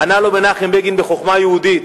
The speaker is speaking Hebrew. ענה לו מנחם בגין בחוכמה יהודית,